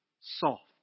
soft